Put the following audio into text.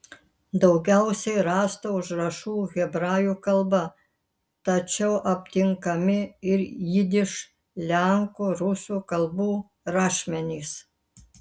daugiausiai rasta užrašų hebrajų kalba tačiau aptinkami ir jidiš lenkų rusų kalbų rašmenys